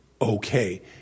okay